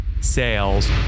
sales